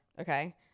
Okay